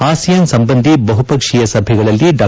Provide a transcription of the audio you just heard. ASEAN ಸಂಬಂಧಿ ಬಹುಪಕ್ಷೀಯ ಸಭೆಗಳಲ್ಲಿ ಡಾ